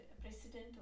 president